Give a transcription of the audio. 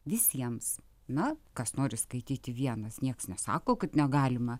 visiems na kas nori skaityti vienas niekas nesako kad negalima